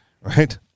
right